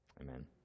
amen